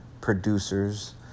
producers